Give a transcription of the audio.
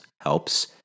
helps